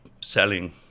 selling